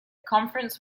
conference